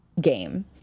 game